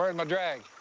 and my drag?